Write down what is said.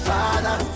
Father